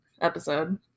episode